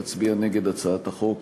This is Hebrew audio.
להצביע נגד הצעת החוק